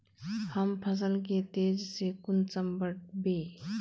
हम फसल के तेज से कुंसम बढ़बे?